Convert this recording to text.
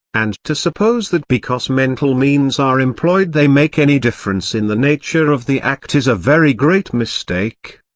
and to suppose that because mental means are employed they make any difference in the nature of the act is a very great mistake.